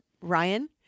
Ryan